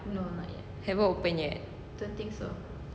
haven't open yet